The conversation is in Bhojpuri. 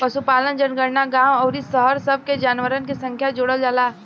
पशुपालन जनगणना गांव अउरी शहर सब के जानवरन के संख्या जोड़ल जाला